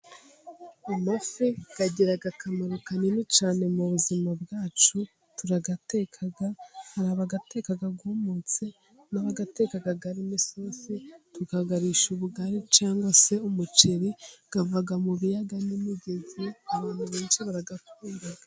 Amafi agira akamaro kanini cyane mu buzima bwacu ,turayateka ,hari abayateka yumutse, n'abayateka arimo isosi tukayarisha ubugari cyangwa se umuceri ,ava mu biyaga n'imigezi ,abantu benshi barayakunda.